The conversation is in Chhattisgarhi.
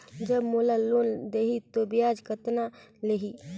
जब मोला लोन देही तो ब्याज कतना लेही?